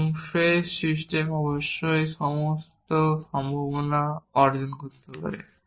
এবং phrase system অবশ্যই সমস্ত সম্ভাবনা অর্জন করতে পারে